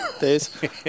days